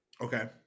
okay